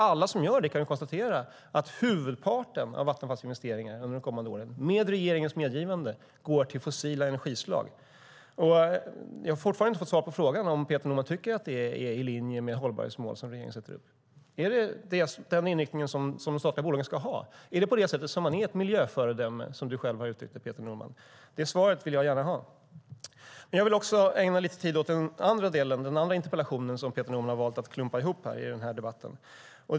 Alla som gör det kan konstatera att huvudparten av Vattenfalls investeringar under de kommande åren, med regeringens medgivande, går till fossila energislag. Jag har fortfarande inte fått svar på frågan om Peter Norman tycker att det är i linje med regeringens hållbarhetsmål. Är det den inriktning som de statliga bolagen ska ha? Är det på det sättet som man är ett miljöföredöme, som du själv har uttryckt det, Peter Norman? Detta svar vill jag gärna ha. Jag vill också ägna lite tid åt den andra interpellationen eftersom Peter Norman har valt att klumpa ihop interpellationerna.